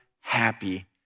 happy